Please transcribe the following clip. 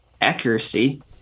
accuracy